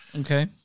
Okay